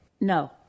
No